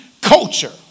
culture